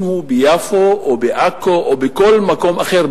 אם הוא ביפו או בעכו או בכל מקום אחר,